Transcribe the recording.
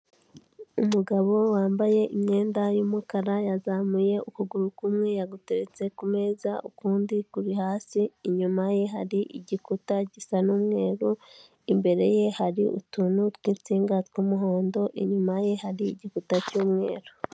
Umugabo wambaye imyenda y'umukara, yazamuye ukuguru kumwe yaguteretse ku meza, ukundi kuri hasi, inyuma ye hari igikuta gisa n'umweru, imbere ye hari utuntu tw'insinga tw'umuhondo, inyuma ye hari igikuta cy'umweru.